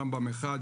רמב"ם 1,